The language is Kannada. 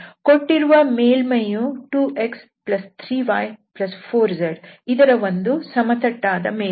ಕೊಟ್ಟಿರುವ ಮೇಲ್ಮೈಯು 2x3y4z ಇದರ ಒಂದು ಸಮತಟ್ಟಾದ ಮೇಲ್ಮೈ